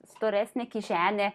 storesnę kišenę